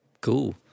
cool